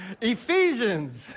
Ephesians